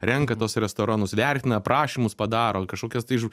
renka tuos restoranus vertina aprašymus padaro kažkokias tai žvai